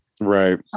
Right